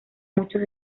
muchos